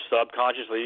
subconsciously